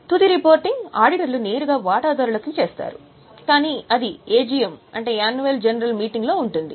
తుది రిపోర్టింగ్ ఆడిటర్లు నేరుగా వాటాదారులకు చేస్తారు కానీ అది AGM లో ఉంటుంది